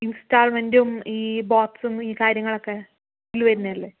ഇൻസ്റ്റാൾമെന്റും ഈ ബോക്സും ഈ കാര്യങ്ങൾ ഒക്കെ ഇതിൽ വരുന്നത് അല്ലേ